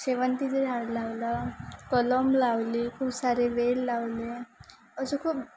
शेवंतीचे झाड लावलं कलम लावली खूप सारे वेल लावले असे खूप